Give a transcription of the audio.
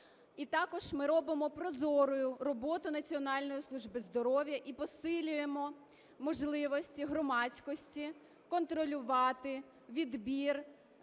І також ми робимо прозорою роботу Національної служби здоров'я і посилюємо можливості громадськості контролювати відбір